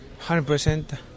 100%